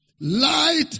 Light